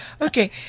Okay